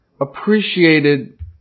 appreciated